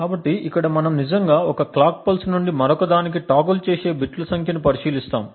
కాబట్టి ఇక్కడ మనం నిజంగా ఒక క్లాక్ పల్స్ నుండి మరొకదానికి టోగుల్ చేసే బిట్ల సంఖ్యను పరిశీలిస్తాము